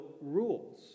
rules